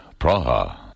Praha